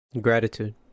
Gratitude